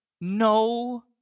No